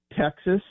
Texas